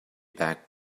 back